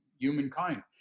humankind